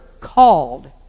called